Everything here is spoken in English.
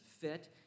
fit